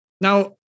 Now